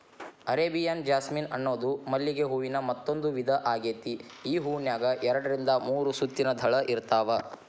Arabian jasmine ಅನ್ನೋದು ಮಲ್ಲಿಗೆ ಹೂವಿನ ಮತ್ತಂದೂ ವಿಧಾ ಆಗೇತಿ, ಈ ಹೂನ್ಯಾಗ ಎರಡರಿಂದ ಮೂರು ಸುತ್ತಿನ ದಳ ಇರ್ತಾವ